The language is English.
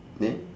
then